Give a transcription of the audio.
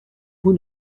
vous